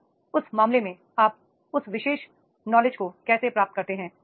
तो उस मामले में आप उस विशेष नॉलेज को कैसे प्राप्त करते हैं